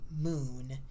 moon